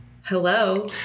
Hello